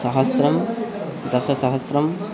सहस्रं दशसहस्रम्